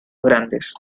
grandes